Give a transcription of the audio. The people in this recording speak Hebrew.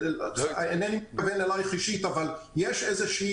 אינני מתכוון אליך אישית אבל יש איזושהי